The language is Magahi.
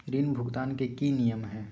ऋण भुगतान के की की नियम है?